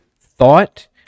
thought